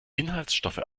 inhaltsstoffe